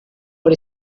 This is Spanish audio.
por